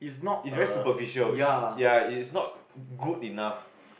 is very superficial ya is not good enough